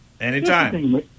Anytime